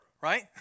right